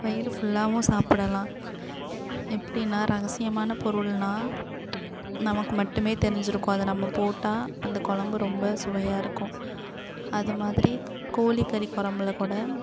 வயிறுஃபுல்லாகவும் சாப்பிடலாம் எப்படின்னா ரகசியமான பொருள்னால் நமக்கு மட்டுமே தெரிஞ்சுருக்கும் அதை நம்ம போட்டால் அந்த கொழம்பு ரொம்ப சுவையாக இருக்கும் அது மாதிரி கோழிக்கறி கொழம்புலக்கூட